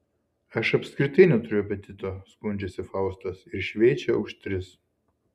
aš apskritai neturiu apetito skundžiasi faustas ir šveičia už tris